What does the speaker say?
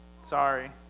sorry